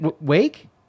wake